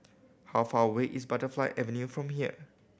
how far away is Butterfly Avenue from here